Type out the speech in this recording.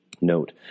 Note